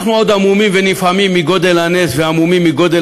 אנחנו עדיין המומים ונפעמים מגודל הנס והמומים מגודל